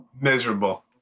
Miserable